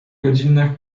godzinach